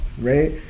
right